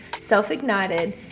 self-ignited